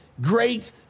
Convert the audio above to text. great